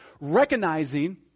Recognizing